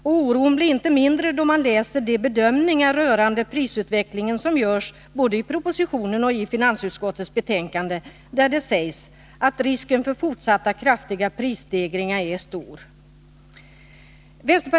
Och oron blir inte mindre då man läser de bedömningar rörande prisutvecklingen som görs både i propositionen och i finansutskot tets betänkande, där det sägs att ”risken för fortsatta kraftiga prisstegringar är stor”.